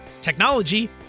technology